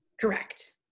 Correct